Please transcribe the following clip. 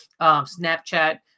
Snapchat